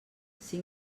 cinc